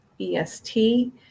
EST